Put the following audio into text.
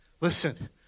Listen